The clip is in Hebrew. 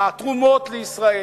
התרומות לישראל?